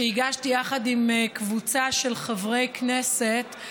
שהגשתי יחד עם קבוצה של חברי כנסת,